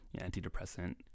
antidepressant